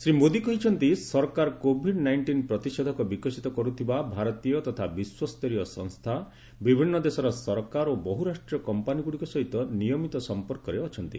ଶ୍ରୀ ମୋଦି କହିଛନ୍ତି ସରକାର Covid nineteen ପ୍ରତିଷେଧକ ବିକଶିତ କର୍ତ୍ତିବା ଭାରତୀୟ ତଥା ବିଶ୍ୱସ୍ତରୀୟ ସଂସ୍ଥା ବଭିନ୍ନ ଦେଶର ସରକାର ଓ ବହୁ ରାଷ୍ଟ୍ରୀୟ କମ୍ପାନୀଗୁଡ଼ିକ ସହିତ ନିୟମିତ ସମ୍ପର୍କରେ ଅଛନ୍ତି